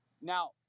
Now